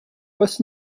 was